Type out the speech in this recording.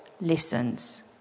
listens